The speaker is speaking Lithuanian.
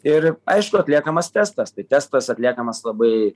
ir aišku atliekamas testas tai testas atliekamas labai